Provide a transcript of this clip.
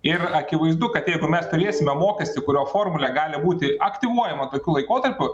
ir akivaizdu kad jeigu mes turėsime mokestį kurio formulė gali būti aktyvuojama tokiu laikotarpiu